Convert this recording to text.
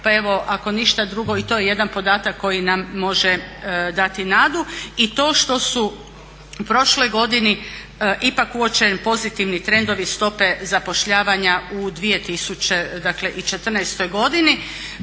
pa evo ako ništa drugo i to je jedan podatak koji nam može dati nadu i to što su u prošloj godini ipak uočeni pozitivni trendovi stope zapošljavanja u 2014. godini.